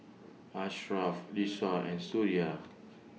Ashraf Lisa and Suria